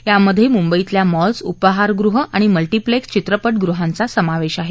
यामध्ये मुंबईतल्या मॉल्स उपहारगृह आणि मलि उलेकस चित्रप गृहांचा समावेश आहे